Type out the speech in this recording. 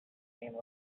name